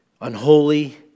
unholy